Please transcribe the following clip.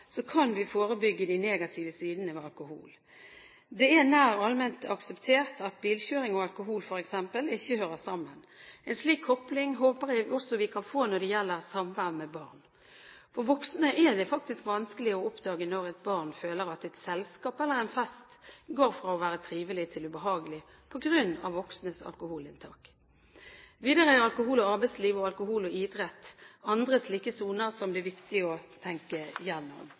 kan vi forebygge de negative sidene ved alkohol. Det er nær allment akseptert at bilkjøring og alkohol, f.eks., ikke hører sammen. En slik kobling håper jeg også vi kan få når det gjelder samvær med barn. For voksne er det faktisk vanskelig å oppdage når et barn føler at et selskap eller en fest går fra å være trivelig til å bli ubehagelig på grunn av voksnes alkoholinntak. Videre er alkohol og arbeidsliv og alkohol og idrett andre slike soner som det er viktig å tenke